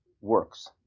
works